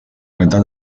metà